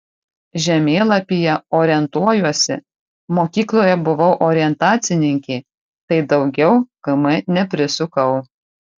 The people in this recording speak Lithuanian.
žemėlapyje orientuojuosi mokykloje buvau orientacininkė tai daugiau km neprisukau